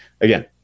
again